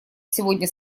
сегодня